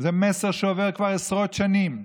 זה מסר שעובר כבר עשרות שנים,